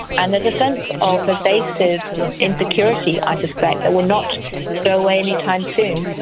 and there's a sense of pervasive insecurity, i suspect, that will not go away any time soon.